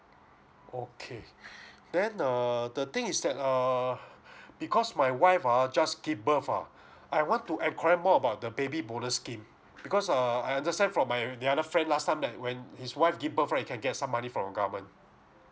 okay then err the thing is that err because my wife ah just give birth ah I want to enquire more about the baby bonus scheme because uh I understand from my the other friend last time that when his wife give birth right he can get some money from government